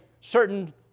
certain